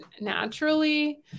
naturally